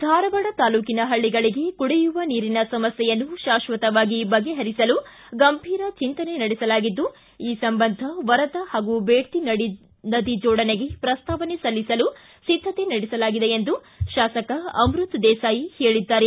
ಧಾರವಾಡ ತಾಲೂಕಿನ ಹಳ್ಳಗಳಿಗೆ ಕುಡಿಯುವ ನೀರಿನ ಸಮಸ್ಯೆಯನ್ನು ಶಾಶ್ವತವಾಗಿ ಬಗೆಹರಿಸಲು ಗಂಭೀರ ಚಿಂತನೆ ನಡೆಸಲಾಗಿದ್ದು ಈ ಸಂಬಂಧ ವರದಾ ಹಾಗೂ ಬೇಡ್ತಿ ನದಿ ಜೋಡಣೆಗೆ ಪ್ರಸ್ತಾವನೆ ಸಲ್ಲಿಸಲು ಸಿದ್ದತೆ ನಡೆಸಲಾಗಿದೆ ಎಂದು ಶಾಸಕ ಅಮೃತ ದೇಸಾಯಿ ಹೇಳಿದ್ದಾರೆ